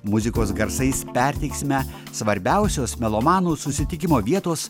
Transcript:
muzikos garsais perteiksime svarbiausios melomanų susitikimo vietos